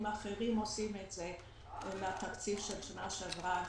אחרים עושים זאת עם התקציב של שנה שעברה,